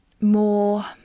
more